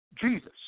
Jesus